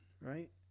right